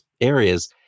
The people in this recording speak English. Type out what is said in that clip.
areas